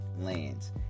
lands